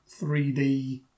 3D